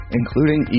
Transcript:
including